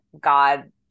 god